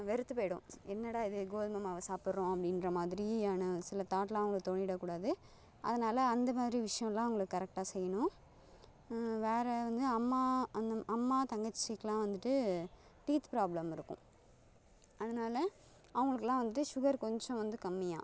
வெறுத்துப் போய்விடும் என்னடா இது கோதுமை மாவை சாப்பிட்றோம் அப்படின்ற மாதிரியான சில தாட்டெலாம் அவங்களுக்குத் தோனிவிடக்கூடாது அதனால் அந்த மாதிரி விஷயமெல்லாம் அவங்களுக்கு கரெக்டாக செய்யணும் வேறு வந்து அம்மா அந்த அம்மா தங்கச்சிக்கெல்லாம் வந்துட்டு டீத் ப்ராப்ளம் இருக்கும் அதனால் அவங்களுக்கெல்லாம் வந்துட்டு சுகர் கொஞ்சம் வந்து கம்மியாக